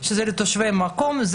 לתושבי המקום.